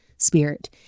Spirit